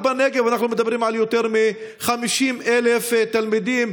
רק בנגב אנחנו מדברים על יותר מ-50,000 תלמידים,